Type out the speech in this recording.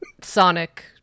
Sonic